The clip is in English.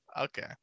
Okay